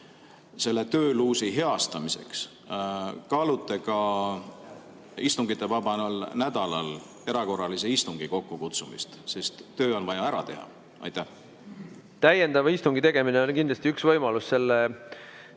selle tööluusi heastamiseks kaalute ka istungitevabal nädalal erakorralise istungi kokkukutsumist, sest töö on vaja ära teha? Täiendava istungi tegemine on kindlasti üks võimalus selle